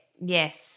Yes